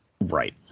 right